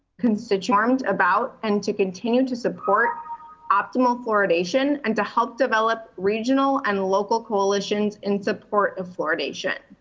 constituents about, and to continue to support optimal fluoridation and to help develop regional and local coalitions in support of fluoridation.